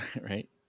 Right